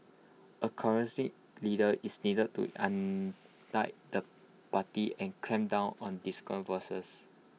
A leader is needed to unite the party and clamp down on discordant voices